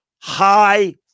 High